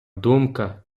думка